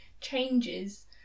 changes